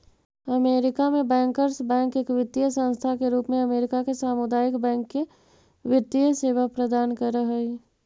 America में bankers bank एक वित्तीय संस्था के रूप में अमेरिका के सामुदायिक बैंक के वित्तीय सेवा प्रदान कर हइ